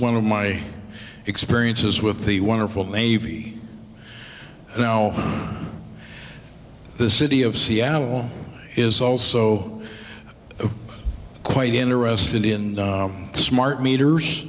one of my experiences with the wonderful navy you know the city of seattle is also quite interested in the smart meters